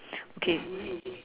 okay